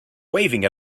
waving